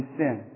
sin